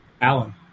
Alan